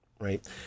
right